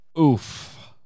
Oof